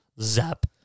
Zap